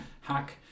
hack